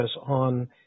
on